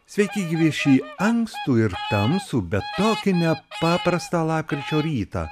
sveiki gyvi šį ankstų ir tamsų bet tokį nepaprastą lapkričio rytą